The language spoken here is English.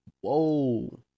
Whoa